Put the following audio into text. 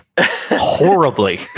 Horribly